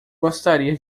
gostaria